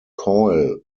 coil